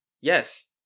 Yes